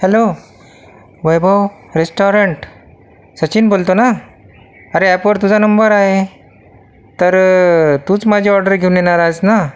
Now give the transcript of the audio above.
hello Vaibhav restaurant Sachin बोलतो ना अरे ॲपवर तुझा नंबर आहे तर तूच माझी ऑर्डर घेऊन येणार आहेस ना